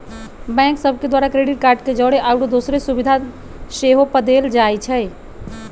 bank सभ के द्वारा क्रेडिट कार्ड के जौरे आउरो दोसरो सुभिधा सेहो पदेल जाइ छइ